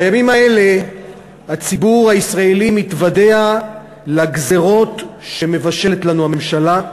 בימים האלה הציבור הישראלי מתוודע לגזירות שמבשלת לנו הממשלה.